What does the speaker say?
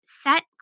set